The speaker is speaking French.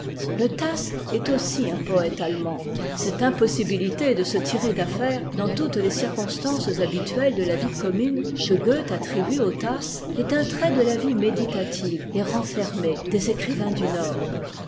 le tasse est aussi un poëte allemand cette impossibilité de se tirer d'affaire dans toutes les circonstances habituelles de la vie commune que goethe attribue au tasse est un trait de la vie méditative et renfermée des écrivains du nord